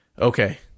Okay